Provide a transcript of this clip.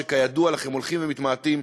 שכידוע לכם הולכים ומתמעטים.